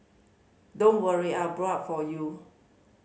don't worry I've blown up for you